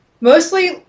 Mostly